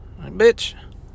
Bitch